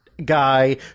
guy